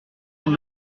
nous